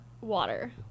water